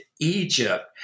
Egypt